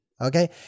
okay